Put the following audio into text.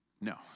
No